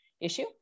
issue